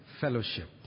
Fellowship